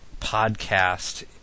podcast